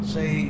Say